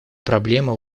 проблема